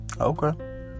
Okay